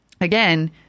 Again